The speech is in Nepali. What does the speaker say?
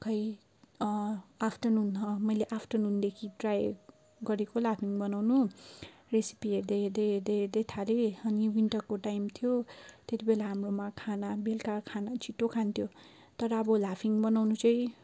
खै आफ्टरनुन अँ मैले आफ्टरनुनदेखि ट्राई गरेको लाफिङ बनाउनु रेसिपी हेर्दै हेर्दै हेर्दै हेर्दै थालेँ अनि विन्टरको टाइम थियो त्यति बेला हाम्रोमा खाना बेलुकाको खाना छिटो खान्थ्यौँ तर अब लाफिङ बनाउनु चाहिँ